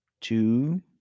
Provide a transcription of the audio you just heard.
two